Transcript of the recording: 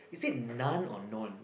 is it none or non